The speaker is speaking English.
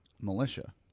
militia